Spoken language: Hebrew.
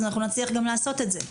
אז אנחנו נצליח גם לעשות את זה.